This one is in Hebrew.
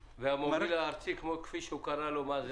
ו"המוביל הארצי", כפי שהוא קרא לו, מה זה?